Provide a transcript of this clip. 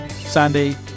sandy